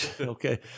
okay